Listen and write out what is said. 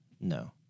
No